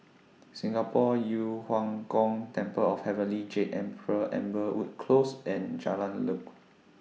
Singapore Yu Huang Gong Temple of Heavenly Jade Emperor Amberwood Close and Jalan Lekub